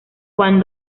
juan